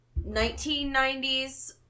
1990s